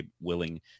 willing